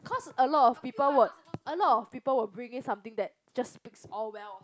cause a lot of people would a lot of people would bring in something that just speaks all well